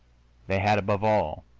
they had, above all,